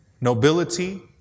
nobility